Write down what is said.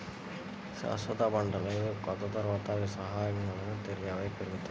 శాశ్వత పంటలనేవి కోత తర్వాత, అవి స్వయంచాలకంగా తిరిగి అవే పెరుగుతాయి